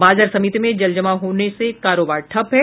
बाजार समिति में जलजमाव होने से कारोबार ठप है